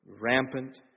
rampant